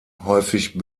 häufig